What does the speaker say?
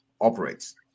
operates